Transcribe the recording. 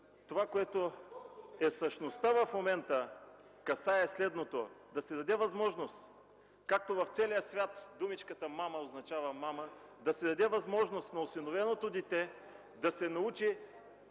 Това, което е същността в момента, касае следното – както в целия свят думичката „мама”, означава „мама”, да се даде възможност на осиновеното дете да се научи